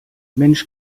mensch